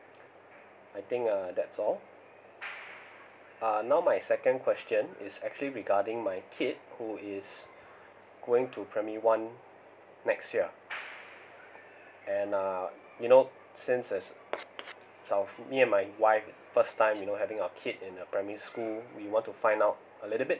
I think uh that's all uh now my second question is actually regarding my kid who is going to primary one next year and uh you know since that's it's our me and my wife first time you know having a kid in a primary school we want to find out a little bit